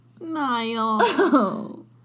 Niall